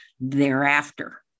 thereafter